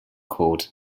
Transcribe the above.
called